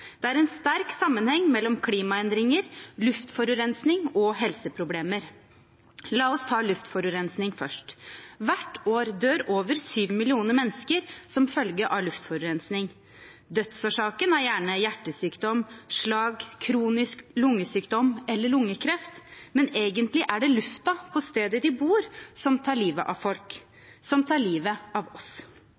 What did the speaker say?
Det er en sterk sammenheng mellom klimaendringer, luftforurensning og helseproblemer. La oss ta luftforurensning først. Hvert år dør over 7 millioner mennesker som følge av luftforurensning. Dødsårsaken er gjerne hjertesykdom, slag, kronisk lungesykdom eller lungekreft, men egentlig er det luften på stedet de bor, som tar livet av folk – som tar livet av oss.